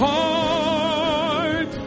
heart